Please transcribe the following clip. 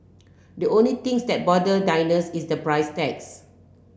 the only things that bother diners is the price tags